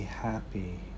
Happy